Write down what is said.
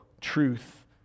truth